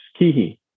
Kihi